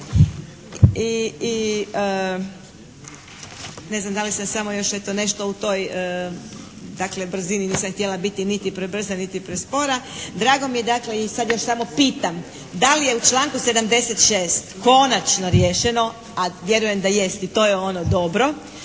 Ne znam da li sam samo još eto nešto u toj dakle brzini nisam htjela biti niti prebrza niti prespora. Drago mi je dakle, i sada još samo pitam. Da li je u članku 76. konačno riješeno, a vjerujem da jest i to je ono dobro